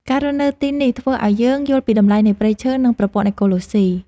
ការរស់នៅទីនេះធ្វើឱ្យយើងយល់ពីតម្លៃនៃព្រៃឈើ និងប្រព័ន្ធអេកូឡូស៊ី។